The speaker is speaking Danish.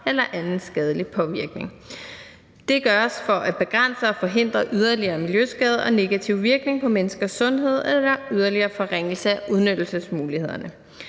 eller anden skadelig påvirkning. Det gøres for at begrænse og forhindre yderligere miljøskade og negativ virkning på menneskers sundhed eller yderligere forringelse af udnyttelsesmulighederne.